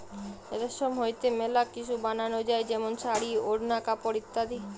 রেশম হইতে মেলা কিসু বানানো যায় যেমন শাড়ী, ওড়না, কাপড় ইত্যাদি